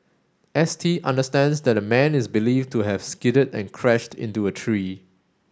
S T understands that the man is believed to have skidded and crashed into a tree